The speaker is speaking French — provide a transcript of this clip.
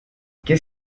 qu’est